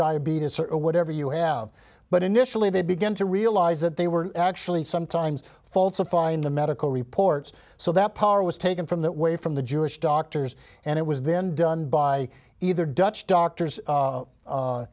diabetes whatever you have but initially they began to realize that they were actually sometimes falsifying the medical reports so that power was taken from that way from the jewish doctors and it was then done by either dutch doctors